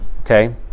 Okay